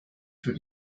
für